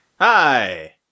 Hi